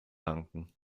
danken